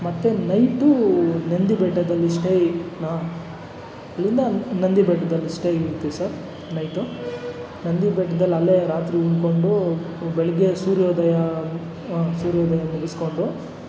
ಮತ್ತೆ ನೈಟು ನಂದಿ ಬೆಟ್ಟದಲ್ಲಿ ಸ್ಟೇ ಹಾಂ ಅಲ್ಲಿಂದ ನಂದಿ ಬೆಟ್ಟದಲ್ಲಿ ಸ್ಟೇ ಇರ್ತೀವಿ ಸರ್ ನೈಟು ನಂದಿ ಬೆಟ್ದಲ್ಲಿ ಅಲ್ಲೇ ರಾತ್ರಿ ಉಳ್ಕೊಂಡು ಬೆಳಗ್ಗೆ ಸೂರ್ಯೋದಯ ಸೂರ್ಯೋದಯ ಮುಗಿಸ್ಕೊಂಡು